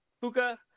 Puka